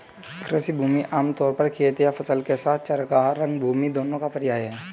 कृषि भूमि आम तौर पर खेत या फसल के साथ चरागाह, रंगभूमि दोनों का पर्याय है